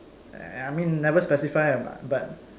I I mean never specify lah but